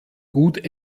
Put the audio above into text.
gut